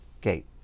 gate